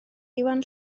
iwan